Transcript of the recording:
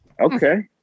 Okay